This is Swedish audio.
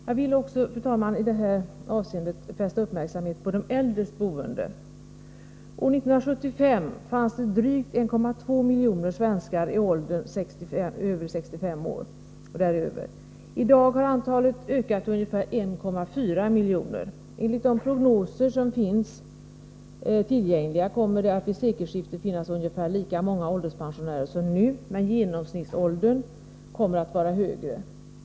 Jag vill också, fru talman, i detta sammanhang fästa uppmärksamhet på de äldres boende. År 1975 fanns det drygt 1,2 miljoner svenskar i åldern 65 år och däröver. I dag har antalet ökat till ungefär 1,4 miljoner. Enligt de prognoser som finns tillgängliga kommer det vid sekelskiftet att finnas ungefär lika många ålderspensionärer som nu, men genomsnittsåldern kommer att vara högre.